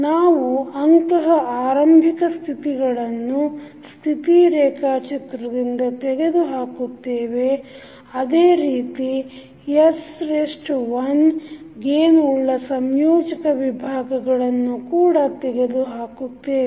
ನಾವು ಅಂತಹ ಆರಂಭಿಕ ಸ್ಥಿತಿಗಳನ್ನು ಸ್ಥಿತಿ ರೇಖಾಚಿತ್ರದಿಂದ ತೆಗೆದು ಹಾಕುತ್ತೇವೆ ಅದೇ ರೀತಿ s 1 ಗೇನ್ ಉಳ್ಳ ಸಂಯೋಜಕ ವಿಭಾಗಗಳನ್ನು ಕೂಡ ತೆಗೆದು ಹಾಕುತ್ತೇವೆ